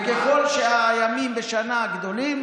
וככל שמספר הימים בשנה גדל,